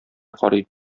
карый